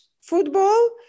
football